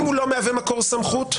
אם הוא לא מהווה מקור סמכות,